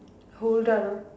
hold on ah